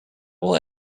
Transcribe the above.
will